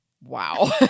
Wow